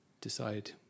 decide